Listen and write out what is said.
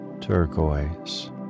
turquoise